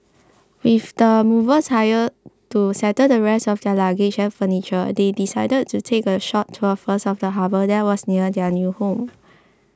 with the movers hired to settle the rest of their luggage and furniture they decided to take a short tour first of the harbour that was near their new home